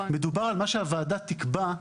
מדובר על מה שהוועדה תקבע,